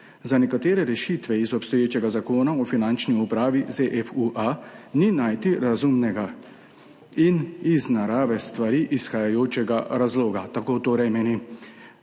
Za nekatere rešitve iz obstoječega Zakona o finančni upravi – ZFU-A, ni najti razumnega in iz narave stvari izhajajočega razloga, tako meni